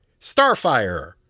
Starfire